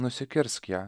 nusikirsk ją